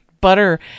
Butter